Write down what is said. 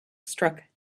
struck